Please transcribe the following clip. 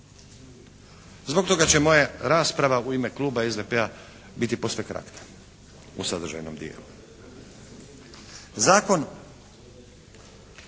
Zbog toga će moja rasprava u ime kluba SDP-a biti posve kratka u sadržajnom dijelu.